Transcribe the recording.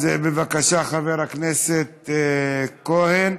אז בבקשה, חבר הכנסת כהן.